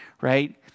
right